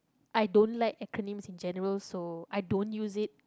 I don't like acronyms in general so I don't use it